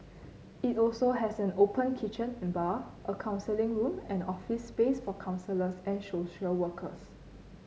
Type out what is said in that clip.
it also has an open kitchen and bar a counselling room and office space for counsellors and social workers